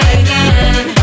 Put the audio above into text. again